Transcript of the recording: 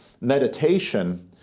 meditation